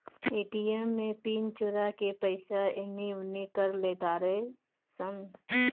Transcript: ATM में PIN चोरा के पईसा एने ओने कर लेतारे सन